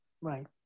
Right